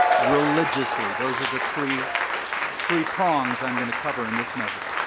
religiously? those are the three three prongs i'm going to cover in this message.